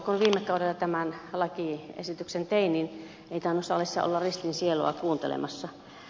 kun viime kaudella tämän lakiesityksen tein niin ei tainnut salissa olla ristin sielua kuuntelemassa